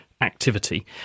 activity